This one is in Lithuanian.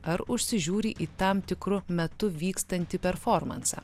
ar užsižiūri į tam tikru metu vykstantį performansą